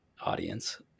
audience